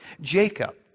Jacob